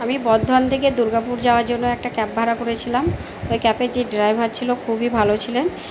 আমি বর্ধমান থেকে দুর্গাপুর যাওয়ার জন্য একটা ক্যাব ভাড়া করেছিলাম ওই ক্যাবের যে ড্রাইভার ছিল খুবই ভালো ছিলেন